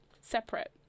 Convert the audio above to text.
separate